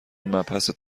مبحث